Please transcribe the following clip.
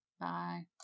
Bye